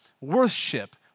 worship